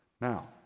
Now